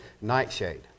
nightshade